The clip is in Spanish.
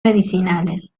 medicinales